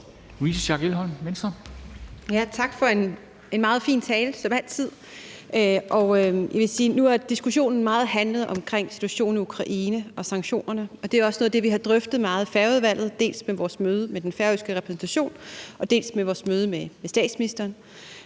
Tak for en meget fin tale som altid. Jeg vil sige, at nu har diskussionen meget handlet om situationen i Ukraine og sanktionerne, og det er også noget af det, vi har drøftet meget i Færøudvalget, dels ved vores møde med den færøske repræsentation, dels ved vores møde med statsministeren.